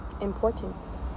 importance